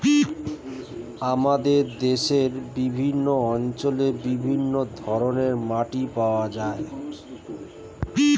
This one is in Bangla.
আমাদের দেশের বিভিন্ন অঞ্চলে বিভিন্ন ধরনের মাটি পাওয়া যায়